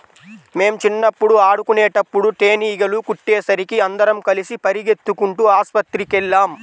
మేం చిన్నప్పుడు ఆడుకునేటప్పుడు తేనీగలు కుట్టేసరికి అందరం కలిసి పెరిగెత్తుకుంటూ ఆస్పత్రికెళ్ళాం